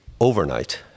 overnight